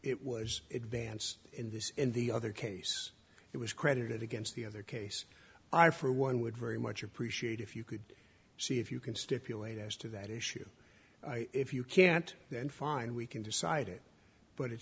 it was advanced in the in the other case it was credited against the other case i for one would very much appreciate if you could see if you can stipulate as to that issue if you can't then fine we can decide it but it